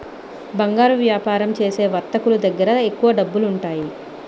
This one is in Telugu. బంగారు వ్యాపారం చేసే వర్తకులు దగ్గర ఎక్కువ డబ్బులుంటాయి